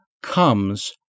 comes